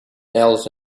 else